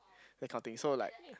that kind of thing so like